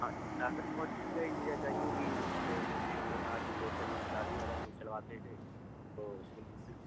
ہاں زیادہ کوانٹٹی میں چاہیے ہوگی تو جیسے ہم نے کہا کہ لوکل جیسے شادی وغیرہ میں ہم چلواتے ہیں تو اس میں